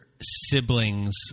siblings